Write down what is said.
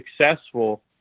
successful